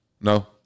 No